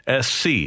SC